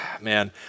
man